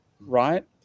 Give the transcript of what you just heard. right